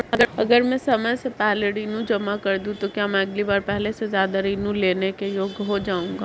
अगर मैं समय से पहले ऋण जमा कर दूं तो क्या मैं अगली बार पहले से ज़्यादा ऋण लेने के योग्य हो जाऊँगा?